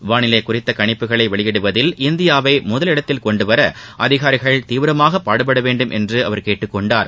வானிலை குறித்த கணிப்புகளை வெளியிடுவதில் இந்தியாவை முதலிடத்தில் கொன்டுவர அதிகாரிகள் தீவிரமாக பாடுபட வேண்டும் என்று அவர் கேட்டுக் கொண்டார்